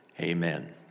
Amen